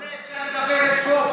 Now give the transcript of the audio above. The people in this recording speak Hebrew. אפשר לדבר פה.